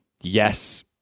yes